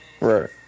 Right